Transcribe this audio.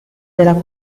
della